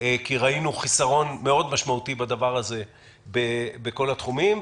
כי ראינו חיסרון משמעותי מאוד בדבר הזה בכל התחומים,